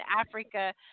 Africa